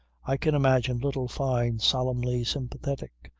i can imagine little fyne solemnly sympathetic,